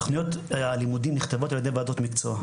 תוכניות הלימודים נכתבות על ידי וועדות מקצוע.